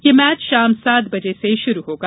यह मैच शाम सात बजे से शुरू होगा